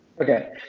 Okay